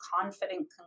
confident